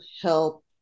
help